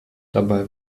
dabei